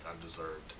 undeserved